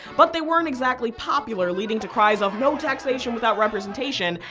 but they weren't exactly popular, leading to cries of no taxation without representation!